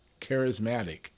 charismatic